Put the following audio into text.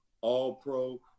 All-Pro